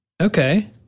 Okay